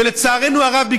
ולצערנו הרב,